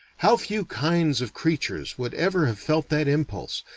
how few kinds of creatures would ever have felt that impulse,